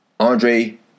Andre